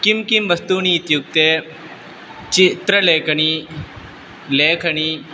किं किं वस्तूनि इत्युक्ते चित्रलेखनी लेखनी